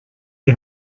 die